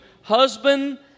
husband